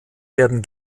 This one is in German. werden